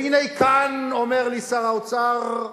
והנה, כאן אומר לי שר האוצר: